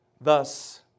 Thus